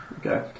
Okay